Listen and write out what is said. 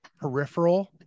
peripheral